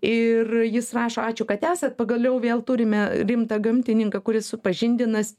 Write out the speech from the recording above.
ir jis rašo ačiū kad esat pagaliau vėl turime rimtą gamtininką kuris supažindinas